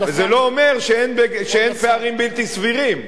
וזה לא אומר שאין פערים בלתי סבירים.